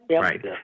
Right